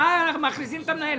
מה מכניסים את המנהל?